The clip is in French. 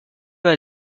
lieu